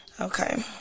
okay